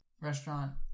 restaurant